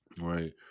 right